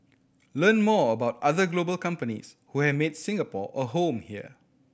learn more about other global companies who have made Singapore a home here